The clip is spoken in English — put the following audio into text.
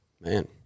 Man